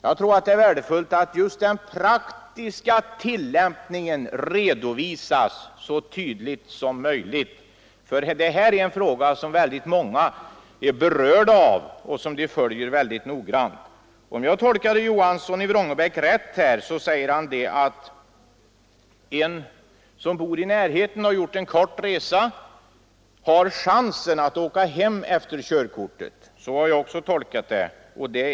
Jag tror det är värdefullt att just den praktiska tillämpningen redovisas så tydligt som möjligt, eftersom detta är en fråga som många människor är berörda av och som de därför följer mycket noggrant. Om jag uppfattade herr Johansson i Vrångebäck rätt, så sade han ungefär att den som bor i närheten av trafikkontrollen och alltså bara har gjort en kort resa har chans att åka hem efter körkortet. Så har jag också uppfattat saken.